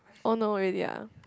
oh no really ah